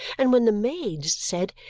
and when the maids said,